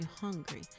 hungry